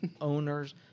owner's